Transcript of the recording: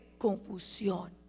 confusión